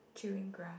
chewing grass